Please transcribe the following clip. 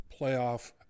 playoff